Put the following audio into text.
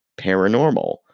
Paranormal